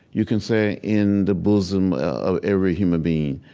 you can say in the bosom of every human being,